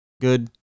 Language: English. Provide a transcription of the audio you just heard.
good